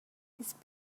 his